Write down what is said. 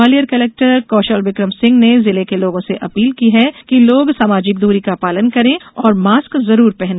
Gwalior collector Kaushal Vikram Singh ने जिले के लोगों से अपील की है कि लोग सामाजिक दूरी का पालन करें और मास्क जरूर पहने